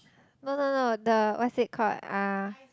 no no no the what's it called uh